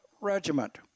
Regiment